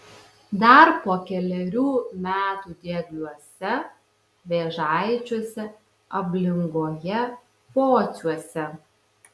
dar po kelerių metų diegliuose vėžaičiuose ablingoje pociuose